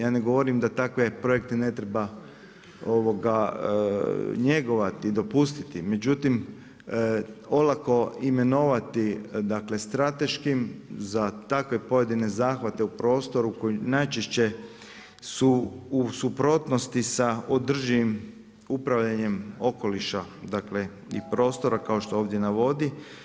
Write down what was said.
Ja ne govorim da takve projekte ne treba njegovati, dopustiti, međutim olako imenovati strateškim za takve pojedine zahvate u prostoru koji najčešće su u suprotnosti sa održivim upravljanjem okoliša i prostora kao što ovdje navodi.